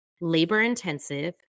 labor-intensive